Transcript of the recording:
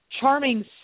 Charming